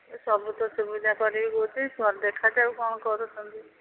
ଏ ସବୁ ତ ସୁବିଧା କରିବେ କହୁଛି ଦେଖାଯାଉ କ'ଣ କରୁଛନ୍ତି